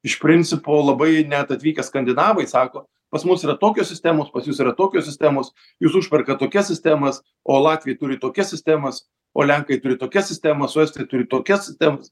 iš principo labai net atvykę skandinavai sako pas mus yra tokios sistemos pas jus yra tokios sistemos jūs užperkat tokias sistemas o latviai turi tokias sistemas o lenkai turi tokias sistemas su estai turi tokias sistemas